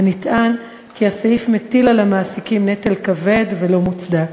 ונטען כי הוא מטיל על המעסיקים נטל כבד ולא מוצדק.